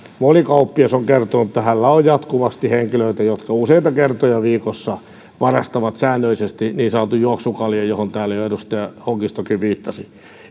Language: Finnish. moni kauppias on kertonut että heillä on jatkuvasti henkilöitä jotka useita kertoja viikossa varastavat säännöllisesti niin sanotun juoksukaljan johon täällä jo edustaja hongistokin viittasi